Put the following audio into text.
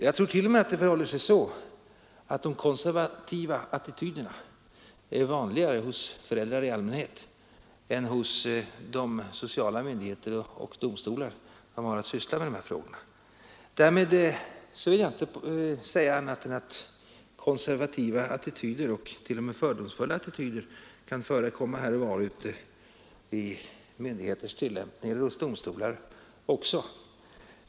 Jag tror t.o.m. att det förhåller sig så att de konservativa attityderna är vanligare hos föräldrar i allmänhet än hos de sociala myndigheter och domstolar som har att syssla med dessa frågor. Därmed vill jag inte säga annat än att konservativa attityder och t.o.m. fördomsfulla attityder kan förekomma här och var ute i myndigheters tillämpning eller hos domstolar.